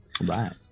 Right